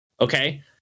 okay